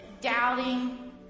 doubting